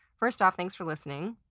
first off, thanks for listening!